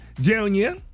Junior